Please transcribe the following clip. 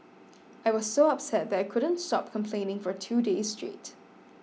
I was so upset that I couldn't stop complaining for two days straight